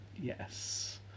Yes